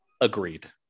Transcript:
agreed